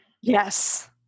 Yes